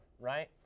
right